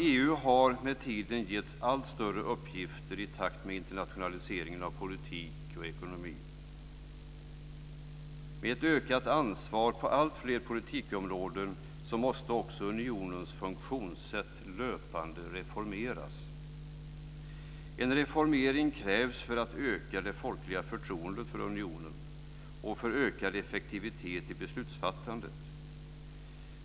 EU har med tiden getts allt större uppgifter, i takt med internationaliseringen av politik och ekonomi. Med ett ökat ansvar på alltfler politikområden måste också unionens funktionssätt löpande reformeras. En reformering krävs för att öka det folkliga förtroendet för unionen och för ökad effektivitet i beslutsfattandet.